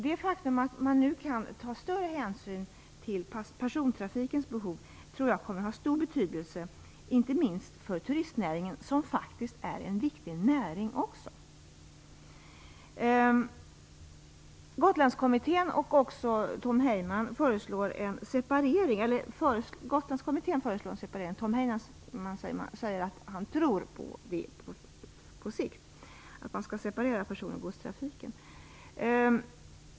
Det faktum att man nu kan ta större hänsyn till persontrafikens behov tror jag därför kommer att ha stor betydelse, inte minst för turistnäringen, som faktiskt också är en viktig näring. Gotlandskommittén föreslår en separering av gods och persontrafiken. Tom Heyman säger att han tror på att separera på sikt.